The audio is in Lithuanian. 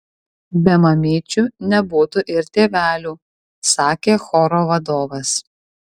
be mamyčių nebūtų ir tėvelių sakė choro vadovas